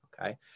Okay